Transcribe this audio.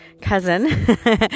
cousin